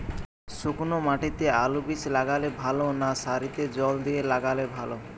শুক্নো মাটিতে আলুবীজ লাগালে ভালো না সারিতে জল দিয়ে লাগালে ভালো?